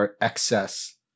excess